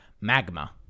Magma